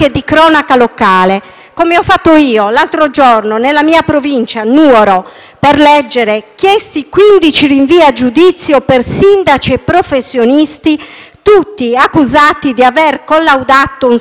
come ho fatto io l'altro giorno nella mia provincia, quella di Nuoro, per leggere che sono stati chiesti 15 rinvii a giudizio per sindaci e professionisti, tutti accusati di aver collaudato un sistema di malaffare